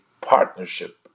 partnership